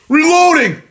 Reloading